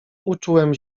uczułem